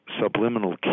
subliminal